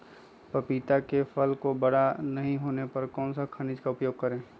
पपीता के फल को बड़ा नहीं होने पर कौन सा खनिज का उपयोग करें?